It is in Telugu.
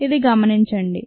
ఇది గమనించబడింది